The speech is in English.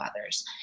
others